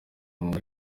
muntu